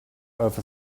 earth